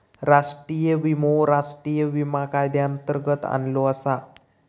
राष्ट्रीय विमो राष्ट्रीय विमा कायद्यांतर्गत आणलो आसा